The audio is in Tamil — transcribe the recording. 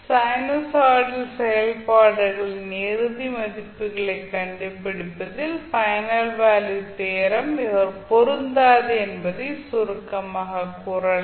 சைனூசாய்டல் செயல்பாடுகளின் இறுதி மதிப்புகளைக் கண்டுபிடிப்பதில் பைனல் வேல்யூ தியரம் ஐ பொருந்தாது என்பதை சுருக்கமாகக் கூறலாம்